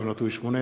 כמו כן,